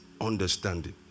understanding